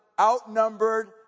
outnumbered